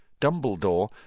Dumbledore